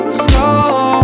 slow